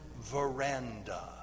veranda